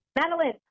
Madeline